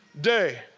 day